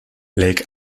lake